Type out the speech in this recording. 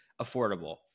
affordable